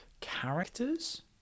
characters